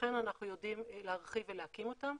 לכן אנחנו יודעים להרחיב ולהקים אותן.